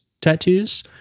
tattoos